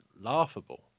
laughable